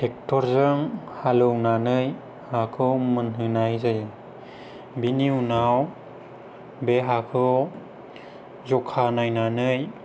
ट्रेक्ट'रजों हालेवनानै हाखौ मोनहोनाय जायो बेनि उनाव बे हाखौ जखा नायनानै